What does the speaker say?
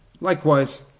likewise